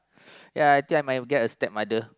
ya I think I might get a stepmother